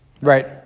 Right